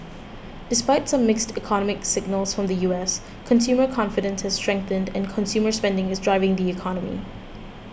despite some mixed economic signals from the U S consumer confidence has strengthened and consumer spending is driving the economy